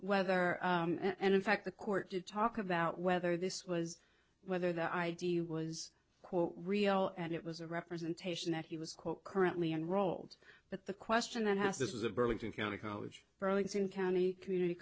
whether and in fact the court did talk about whether this was whether the id was real and it was a representation that he was quote currently enrolled but the question that has this is a burlington county college burlington county community